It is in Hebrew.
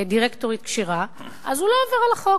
דירקטורית כשירה, אז הוא לא יעבור על החוק.